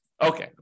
Okay